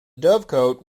dovecote